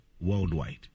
worldwide